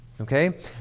Okay